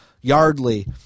Yardley